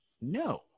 no